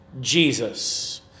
Jesus